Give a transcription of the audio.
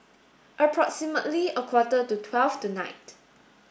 approximately a quarter to twelve tonight